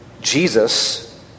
Jesus